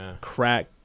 crack